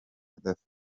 gaddafi